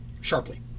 sharply